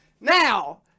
Now